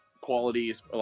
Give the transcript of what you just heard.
qualities